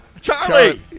Charlie